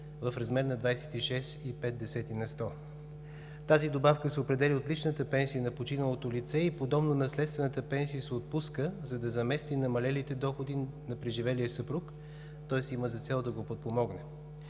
в размер на 26,5 на сто. Тази добавка се определя от личната пенсия на починалото лице и подобно наследствената пенсия се отпуска, за да замести намалелите доходи на преживелия съпруг, тоест има за цел да го подпомогне.